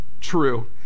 true